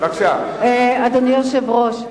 אדוני היושב-ראש,